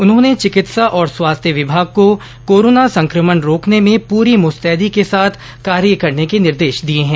उन्होंने चिकित्सा और स्वास्थ्य विभाग को कोरोना संक्रमण रोकने में पूरी मुस्तैदी के साथ कार्य करने के निर्देश दिए हैं